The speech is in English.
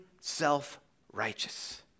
self-righteous